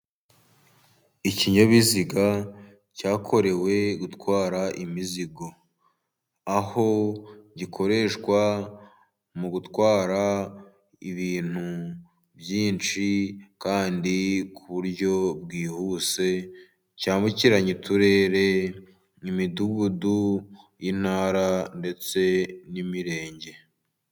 Ikinyabiziga cyakorewe gutwara imizigo, aho gikoreshwa mu gutwara ibintu byinshi kandi ku buryo bwihuse cyambukiranya uturere, imidugudu, intara, ndetse n'imirenge.